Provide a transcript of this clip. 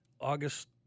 August